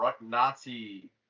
Nazi